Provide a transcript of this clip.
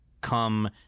come